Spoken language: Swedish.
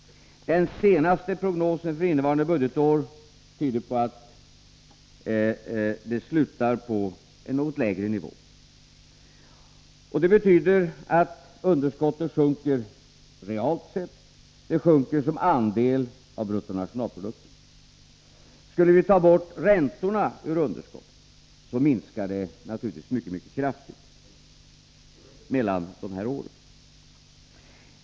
Den senaste prognosen för innevarande budgetår tyder på att det kommer att stanna på en något lägre nivå. Det betyder att underskottet sjunker realt och som andel i bruttonationalprodukten. Skulle vi ta bort räntorna, betyder det naturligtvis att en mycket kraftig minskning har skett under de här åren.